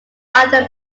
either